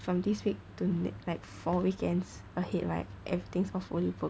from this week to ne~ like four weekends ahead right everything's fully booked